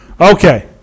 Okay